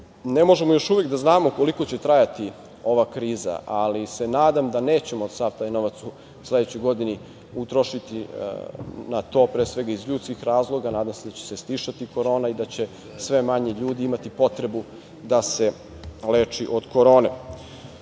Ne možemo još uvek da znamo koliko će trajati ova kriza, ali se nadam da nećemo sav taj novac u sledećoj godini utrošiti na to, pre svega, iz ljudskih razloga, nadam se da će se stišati korona i da će sve manje ljudi imati potrebu da se leči od korone. Ako